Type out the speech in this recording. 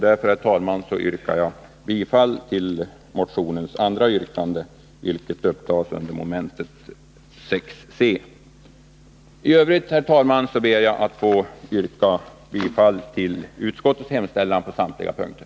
Därför, herr talman, yrkar jag bifall till motion 167, yrkande 2. Detta yrkande avstyrks i utskottets hemställan under mom. 6 c. I övrigt ber jag att få yrka bifall till utskottets hemställan på samtliga punkter.